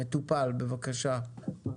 מטופל בבקשה.